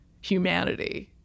humanity